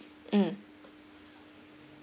mm